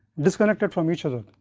disconnected from each other,